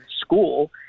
school